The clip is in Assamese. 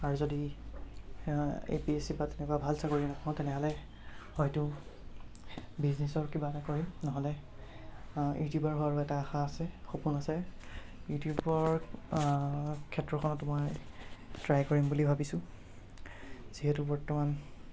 আৰু যদি এ পি এচ চি বা তেনেকুৱা ভাল চাকৰি নাপাওঁ তেনেহ'লে হয়তো বিজনেচৰ কিবা এটা কৰিম নহ'লে ইউটিউবাৰ হোৱাৰো এটা আশা আছে সপোন আছে ইউটিউবৰ ক্ষেত্ৰখনত মই ট্ৰাই কৰিম বুলি ভাবিছোঁ যিহেতু বৰ্তমান